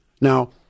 Now